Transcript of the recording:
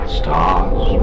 stars